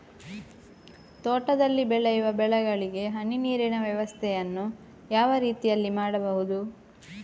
ತೋಟದಲ್ಲಿ ಬೆಳೆಯುವ ಬೆಳೆಗಳಿಗೆ ಹನಿ ನೀರಿನ ವ್ಯವಸ್ಥೆಯನ್ನು ಯಾವ ರೀತಿಯಲ್ಲಿ ಮಾಡ್ಬಹುದು?